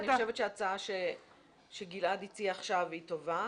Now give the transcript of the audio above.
אני חושבת שההצעה שגלעד הציע עכשיו היא טובה.